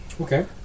Okay